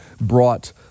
brought